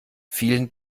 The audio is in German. vielen